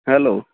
hello